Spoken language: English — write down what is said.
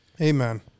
Amen